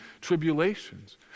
tribulations